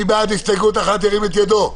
מי בעד הסתייגות 1, ירים את ידו.